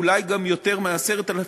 אולי גם יותר מ-10,000,